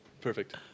Perfect